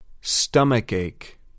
Stomachache